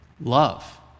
love